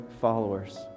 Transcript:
followers